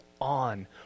on